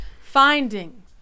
Finding